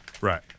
Right